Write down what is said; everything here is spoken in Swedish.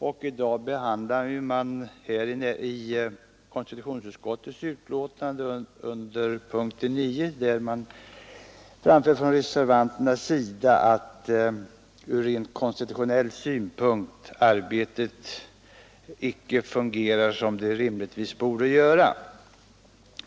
I en reservation till punkten 9 i konstitutionsutskottets betänkande anförs att arbetet ur rent konstitutionell synpunkt inte fungerar som det rimligtvis bör göra.